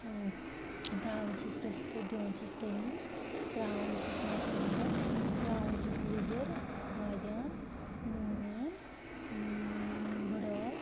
ترٛاوان چھِس رِستہٕ دِوان چھِس تٔلِنۍ ترٛاوان چھِس مَژرانٛگَن ترٛاوان چھِس لیٚدٕر بٲدیٛان نوٗن بٕڑ عٲل